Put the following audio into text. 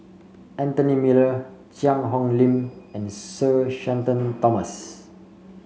Anthony Miller Cheang Hong Lim and Sir Shenton Thomas